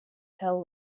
tell